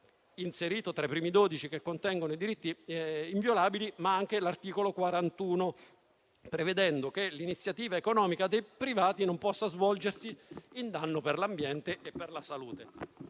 inserito tra i primi dodici, che contengono i diritti inviolabili, ma anche l'articolo 41, l'iniziativa economica dei privati non possa svolgersi in danno per l'ambiente e per la salute.